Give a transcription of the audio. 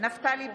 נפתלי בנט,